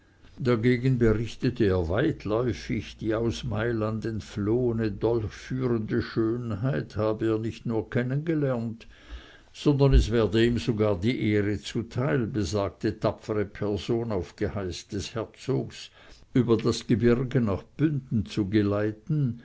dagegen berichtete er weitläufig die aus mailand entflohene dolchführende schönheit habe er nicht nur kennengelernt sondern es werde ihm sogar die ehre zuteil besagte tapfere person auf geheiß des herzogs über das gebirge nach bünden zu geleiten